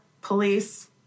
police